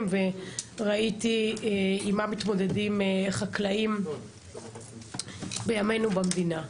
וראיתי עם מה מתמודדים החקלאים בימינו במדינה.